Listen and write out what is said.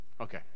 Okay